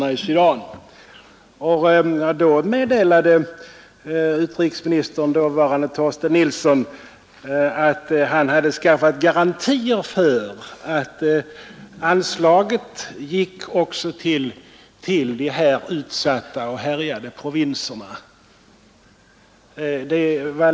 Då meddelade 103 dåvarande utrikesministern Torsten Nilsson att han hade skaffat garantier för att anslaget också gick till dessa utsatta och härjade provinser.